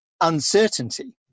uncertainty